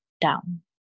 down